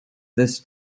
this